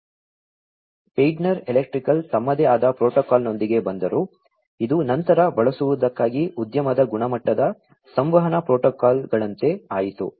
Schneider Electric ತಮ್ಮದೇ ಆದ ಪ್ರೋಟೋಕಾಲ್ನೊಂದಿಗೆ ಬಂದರು ಇದು ನಂತರ ಬಳಸುವುದಕ್ಕಾಗಿ ಉದ್ಯಮದ ಗುಣಮಟ್ಟದ ಸಂವಹನ ಪ್ರೋಟೋಕಾಲ್ನಂತೆ ಆಯಿತು